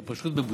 אתה פשוט מבוזבז.